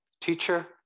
teacher